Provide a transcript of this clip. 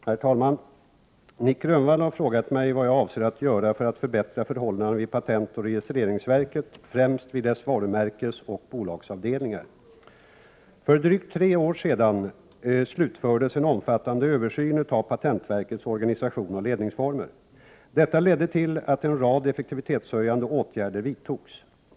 Herr talman! Nic Grönvall har frågat mig vad jag avser att göra för att förbättra förhållandena vid patentoch registreringsverket, främst vid dess varumärkesoch bolagsavdelningar. För drygt tre år sedan slutfördes en omfattande översyn av patentverkets organisation och ledningsformer. Detta ledde till att en rad effektivitetshöjande åtgärder vidtogs.